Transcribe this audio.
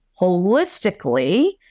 holistically